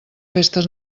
festes